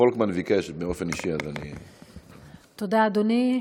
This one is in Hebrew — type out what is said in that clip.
זה, פולקמן ביקש באופן אישי, אז אני, תודה, אדוני.